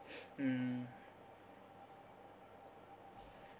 mm